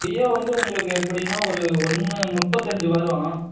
deo வந்து உங்களுக்கு எப்படின்னா ஒரு ஒன்று முப்பத்தஞ்சு வரும்